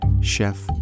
chef